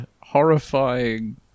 horrifying